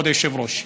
כבוד היושב-ראש?